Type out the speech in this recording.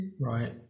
Right